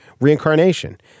reincarnation